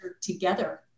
together